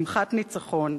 שמחת ניצחון,